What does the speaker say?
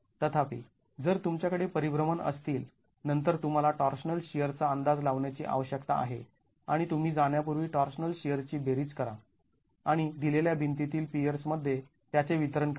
तथापि जर तुमच्याकडे परिभ्रमण असतील नंतर तुम्हाला टॉर्शनल शिअर चा अंदाज लावण्याची आवश्यकता आहे आणि तुम्ही जाण्यापूर्वी टॉर्शनल शिअर्सची बेरीज करा आणि दिलेल्या भिंती तील पियर्स मध्ये त्याचे वितरण करा